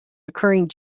occurring